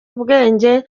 ubwenge